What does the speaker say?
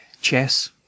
chess